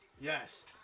Yes